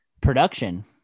production